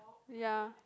ya